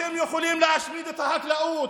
אתם יכולים להשמיד את החקלאות,